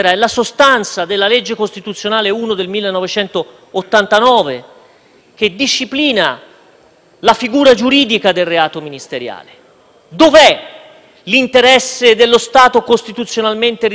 la figura giuridica del reato ministeriale. Dov'è l'interesse dello Stato costituzionalmente rilevante, che la condotta del ministro Salvini e del Governo avrebbero protetto?